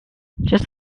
just